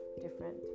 different